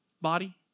body